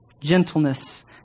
gentleness